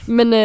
Men